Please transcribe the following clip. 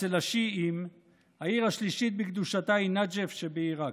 אצל השיעים העיר השלישית בקדושתה היא נג'ף שבעיראק.